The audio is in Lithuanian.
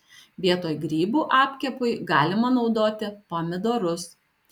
vietoj grybų apkepui galima naudoti pomidorus